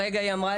היא הרגע אמרה.